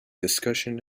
discussion